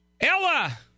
Ella